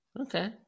Okay